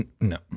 No